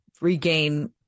regain